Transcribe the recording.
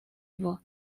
его